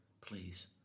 please